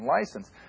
license